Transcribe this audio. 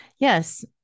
Yes